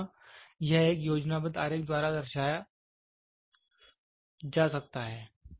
तो यहाँ यह एक योजनाबद्ध आरेख द्वारा दर्शाया जा सकता है